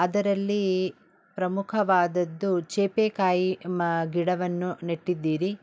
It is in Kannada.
ಅದರಲ್ಲಿ ಪ್ರಮುಖವಾದದ್ದು ಸೀಬೇಕಾಯಿ ಮ ಗಿಡವನ್ನು ನೆಟ್ಟಿದ್ದೀರಿ